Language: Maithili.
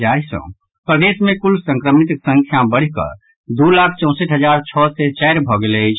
जाहिसॅ प्रदेश मे कुल संक्रमितक संख्या बढ़िकऽ दू लाख चौंसठि हजार छओ सय चारि भऽ गेल अछि